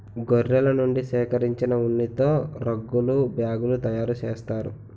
గొర్రెల నుండి సేకరించిన ఉన్నితో రగ్గులు బ్యాగులు తయారు చేస్తారు